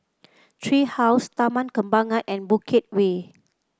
Tree House Taman Kembangan and Bukit Way